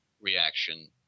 reaction